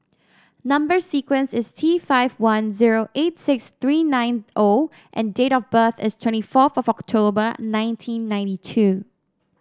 number sequence is T five one zero eight six three nine O and date of birth is twenty fourth October nineteen ninety two